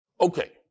Okay